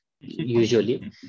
usually